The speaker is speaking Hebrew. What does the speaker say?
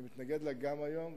אני מתנגד לה גם היום,